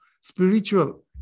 spiritual